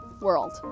world